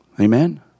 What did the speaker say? Amen